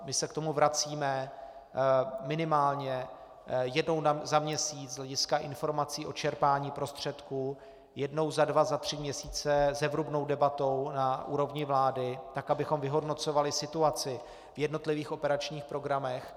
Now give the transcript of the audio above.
My se k tomu vracíme minimálně jednou za měsíc z hlediska informací o čerpání prostředků, jednou za dva tři měsíce zevrubnou debatou na úrovni vlády, abychom vyhodnocovali situaci v jednotlivých operačních programech.